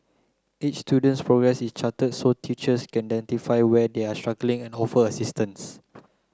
each student's progress is charted so teachers can where they are struggling and offer assistance